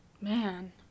Man